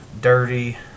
Dirty